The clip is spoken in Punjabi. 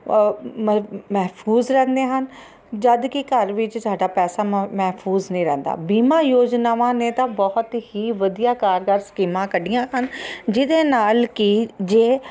ਮ ਮਹਿਫੂਜ ਰਹਿੰਦੇ ਹਨ ਜਦੋਂ ਕਿ ਘਰ ਵਿੱਚ ਸਾਡਾ ਪੈਸਾ ਮ ਮਹਿਫੂਜ਼ ਨਹੀਂ ਰਹਿੰਦਾ ਬੀਮਾ ਯੋਜਨਾਵਾਂ ਨੇ ਤਾਂ ਬਹੁਤ ਹੀ ਵਧੀਆ ਕਾਰਗਾਰ ਸਕੀਮਾਂ ਕੱਢੀਆਂ ਹਨ ਜਿਹਦੇ ਜਿਹਦੇ ਨਾਲ ਕਿ ਜੇ